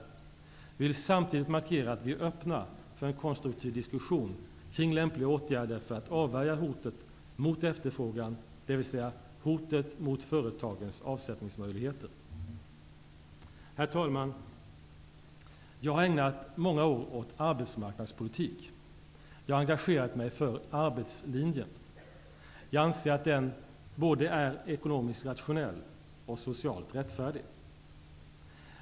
Vi vill samtidigt markera att vi är öppna för en konstruktiv diskussion kring lämpliga åtgärder för att avvärja hotet mot efterfrågan, dvs. hotet mot företagens avsättningsmöjligheter. Herr talman! Jag har ägnat många år åt arbetsmarknadspolitik. Jag har engagerat mig för arbetslinjen. Jag anser att den är både ekonomiskt rationell och socialt rättfärdig.